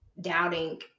doubting